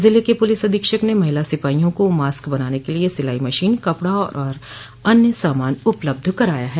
जिले के पुलिस अधीक्षक ने महिला सिपाहियों को मास्क बनाने के लिये सिलाई मशीन कपड़ा और अन्य सामान उपलब्ध कराया है